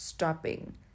Stopping